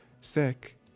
sick